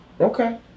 Okay